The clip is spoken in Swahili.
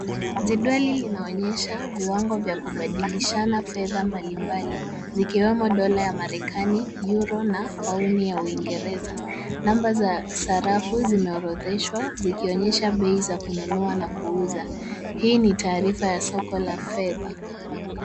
Jedwali linaonyesha viwango vya kubadilishana fedha mbalimbali zikiwemo dola ya Marekani, euro na pauni ya Uingereza. Namba za sarafu zimeorodheshwa zikionyesha bei za kununua na kuuza. Hii ni taarifa ya soko la fedha.